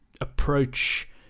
approach